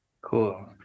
cool